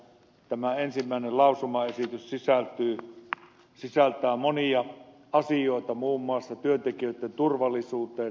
tämä ensimmäinen lausumaesitys sisältää monia asioita muun muassa työntekijöitten turvallisuuteen ja niin edelleen